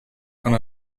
con